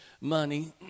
money